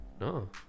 No